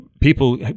people